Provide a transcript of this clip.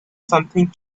something